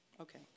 Okay